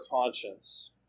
conscience